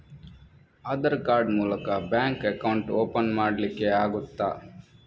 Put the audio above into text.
Aadhaar card ಮೂಲಕ bank account open ಮಾಡಲಿಕ್ಕೆ ಆಗುತಾ?